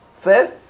fair